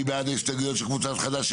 מי בעד ההסתייגויות של קבוצת חדש?